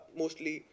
mostly